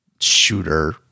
shooter